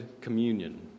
communion